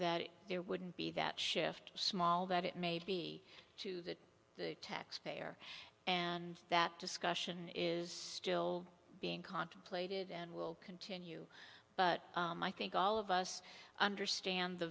that there wouldn't be that shift small that it may be to the taxpayer and that discussion is still being contemplated and will continue but i think all of us understand the